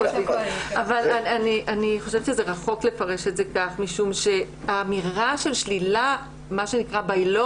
אני חושבת שזה רחוק לפרש את זה כך משום שהאמירה של שלילה by law,